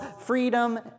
freedom